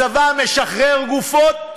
הצבא משחרר גופות